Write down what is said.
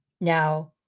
Now